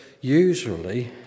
usually